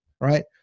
right